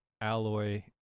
alloy